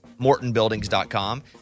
MortonBuildings.com